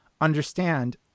understand